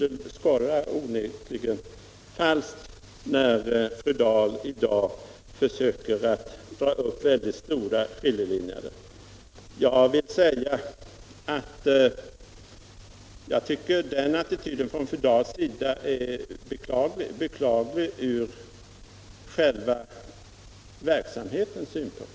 Det skorrar onekligen falskt när fru Dahl i dag försöker dra upp väldigt stora skiljelinjer och framställer oss som negaliva. Jag tycker att den här attityden från fru Dahls sida är beklaglig från själva verksamhetens synpunkt.